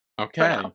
Okay